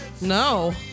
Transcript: No